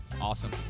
Awesome